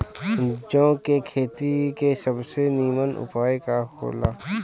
जौ के खेती के सबसे नीमन उपाय का हो ला?